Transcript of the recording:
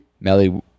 Melly